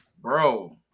bro